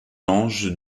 ange